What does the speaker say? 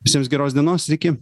visiems geros dienos ir iki